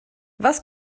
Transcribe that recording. was